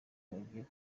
wagiye